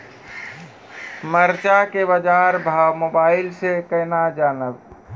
मरचा के बाजार भाव मोबाइल से कैनाज जान ब?